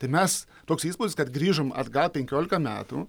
tai mes toks įspūdis kad grįžom atgal penkiolika metų